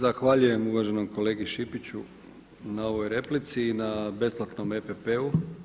Zahvaljujem uvaženom kolegi Šipiću na ovoj replici i na besplatnom EPP-u.